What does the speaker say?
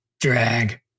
drag